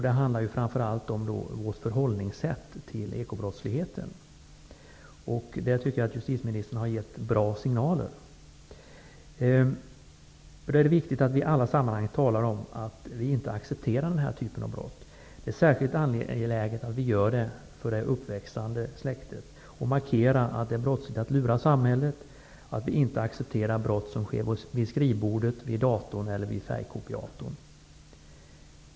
Det handlar framför allt om vårt förhållningssätt till ekobrottslighet. Jag tycker att justitieministern har gett bra signaler. Det är viktigt att vi i alla sammanhang talar om att vi inte accepterar den typen av brott. Det är särskilt angeläget att vi gör detta för det uppväxande släktet. Vi skall markera att det är brottsligt att lura samhället och att vi inte accepterar brott som sker vid skrivbordet, datorn eller färgkopiatorn.